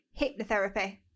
hypnotherapy